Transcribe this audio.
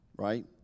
Right